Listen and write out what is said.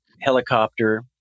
helicopter